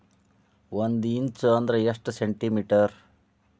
ಒಂದಿಂಚು ಅಂದ್ರ ಎಷ್ಟು ಸೆಂಟಿಮೇಟರ್?